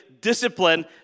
Discipline